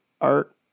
art